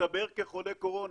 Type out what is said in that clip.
הסתבר כחולה קורונה.